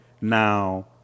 now